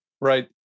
right